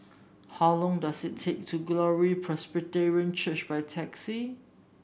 how long does it take to Glory Presbyterian Church by taxi